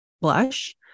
blush